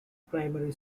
primary